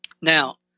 Now